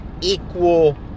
Equal